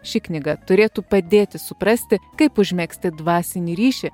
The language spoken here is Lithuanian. ši knyga turėtų padėti suprasti kaip užmegzti dvasinį ryšį